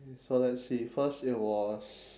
so let's see first it was